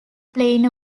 playing